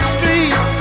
Street